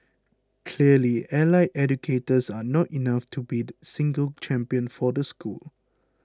clearly allied educators are not enough to be the single champion for the school